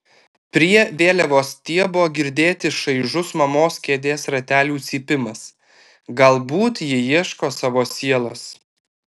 prie vėliavos stiebo girdėti šaižus mamos kėdės ratelių cypimas galbūt ji ieško savo sielos